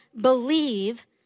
believe